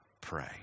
pray